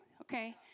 okay